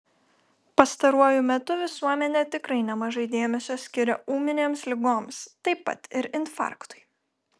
pastaruoju metu visuomenė tikrai nemažai dėmesio skiria ūminėms ligoms taip pat ir infarktui